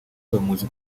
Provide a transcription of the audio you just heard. bamuzi